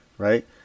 Right